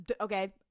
okay